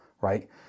right